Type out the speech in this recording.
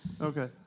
Okay